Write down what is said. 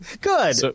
Good